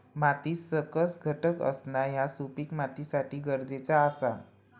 मातीत सकस घटक असणा ह्या सुपीक मातीसाठी गरजेचा आसा